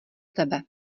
tebe